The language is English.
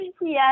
yes